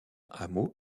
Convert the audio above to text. hameau